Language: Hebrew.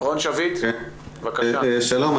שלום.